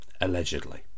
allegedly